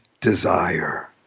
desire